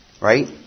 Right